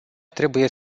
trebuie